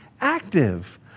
active